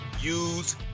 use